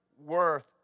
worth